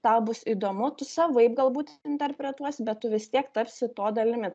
tau bus įdomu tu savaip galbūt interpretuos bet tu vis tiek tapsi to dalimi